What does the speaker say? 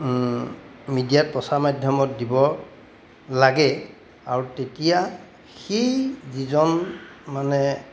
মিডিয়াত প্ৰচাৰ মাধ্যমত দিব লাগে আৰু তেতিয়া সেই যিজন মানে